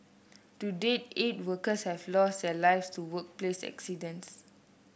to date eight workers have lost their lives to workplace accidents